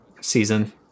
season